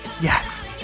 Yes